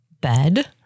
Bed